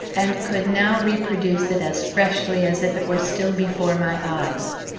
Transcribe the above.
and could now reproduce it as freshly as if it were still before my eyes.